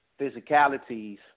physicalities